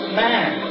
man